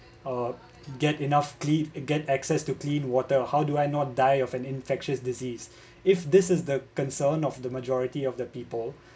uh get enough sleep clean get access to clean water how do I not die of an infectious disease if this is the concern of the majority of the people